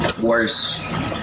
worse